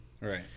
Right